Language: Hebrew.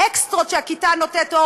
האקסטרות שהכיתה נותנת,